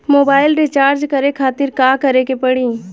Mobile recharge करे खातिर का करे के पड़ी?